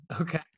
Okay